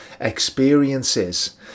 experiences